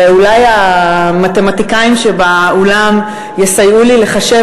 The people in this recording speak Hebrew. ואולי המתמטיקאים שבאולם יסייעו לי לחשב